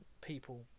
people